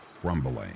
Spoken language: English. crumbling